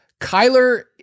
Kyler